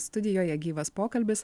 studijoje gyvas pokalbis